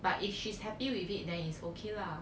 but if she's happy with it then is okay lah